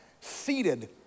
seated